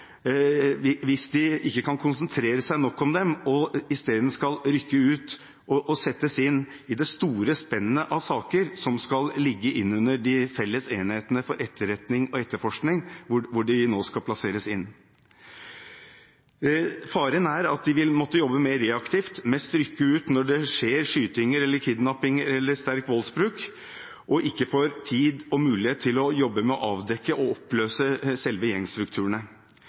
konsentrere seg nok om dem og i stedet skal rykke ut og settes inn i det store spennet av saker som skal ligge inn under de felles enhetene for etterretning og etterforskning, hvor de nå skal plasseres inn. Faren er at de vil måtte jobbe mer reaktivt, og mest rykke ut når det skjer skytinger eller kidnappinger eller sterk voldsbruk og ikke får tid og mulighet til å jobbe med å avdekke og oppløse selve